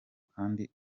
kandi